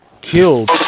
killed